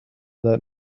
that